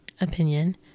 opinion